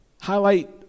highlight